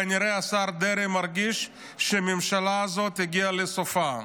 כנראה שהשר דרעי מרגיש שהממשלה הזאת הגיעה לסופה,